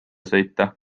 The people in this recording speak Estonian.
sõita